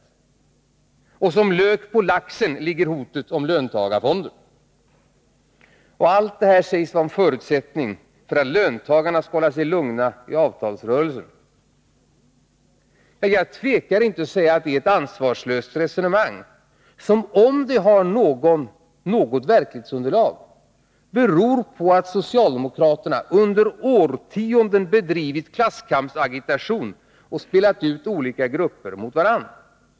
Och som lök på laxen ligger hotet om löntagarfonder. Allt detta sägs vara en förutsättning för att löntagarna skall hålla sig lugna i avtalsrörelsen. Jag tvekar inte att säga att det är ett ansvarslöst resonemang, som om det har något verklighetsunderlag beror på att socialdemokraterna under årtionden bedrivit klasskampsagitation och spelat ut olika grupper mot varandra.